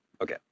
Okay